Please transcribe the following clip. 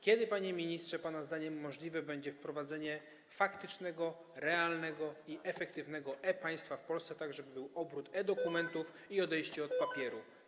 Kiedy, panie ministrze, pana zdaniem możliwe będzie wprowadzenie faktycznego, realnego i efektywnego e-państwa w Polsce, tak żeby był obieg e-dokumentów i odejście od papieru?